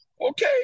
Okay